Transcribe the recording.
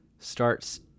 starts